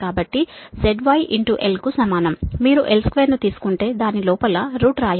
కాబట్టి zyl కు సమానం మీరు l2 ను తీసుకుంటే దాని లోపల రూట్ రాయవచ్చు